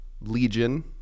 legion